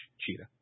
Cheetah